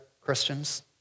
Christians